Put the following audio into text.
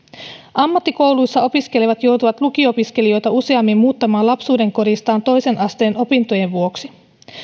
ammattikouluissa opiskelevat joutuvat lukio opiskelijoita useammin muuttamaan lapsuudenkodistaan toisen asteen opintojen vuoksi